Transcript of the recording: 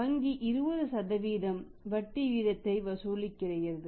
வங்கி 20 வட்டி வீதத்தை வசூலிக்கிறது